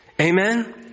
Amen